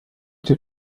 dir